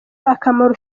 akamaro